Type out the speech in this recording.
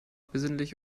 besinnlich